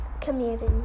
community